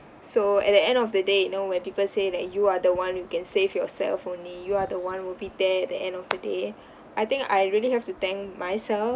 so at the end of the day you know when people say that you are the one you can save yourself only you are the one will be there the end of the day I think I really have to thank myself